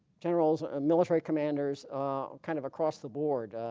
generals ah military commanders kind of across the board.